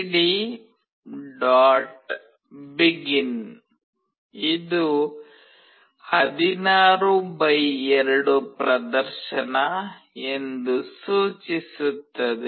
begin ಇದು 16 x 2 ಪ್ರದರ್ಶನ ಎಂದು ಸೂಚಿಸುತ್ತದೆ